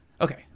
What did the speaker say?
Okay